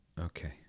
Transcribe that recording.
okay